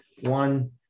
One